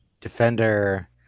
defender